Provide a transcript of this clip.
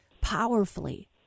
powerfully